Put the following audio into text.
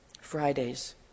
Fridays